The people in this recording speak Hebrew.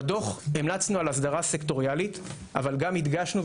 בדוח המלצנו על הסדרה סקטוריאלית אבל גם הדגשנו,